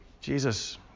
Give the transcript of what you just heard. Jesus